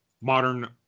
modern